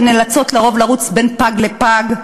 שנאלצות לרוב לרוץ מפג לפג,